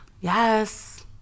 Yes